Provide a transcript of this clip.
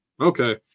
Okay